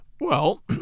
Well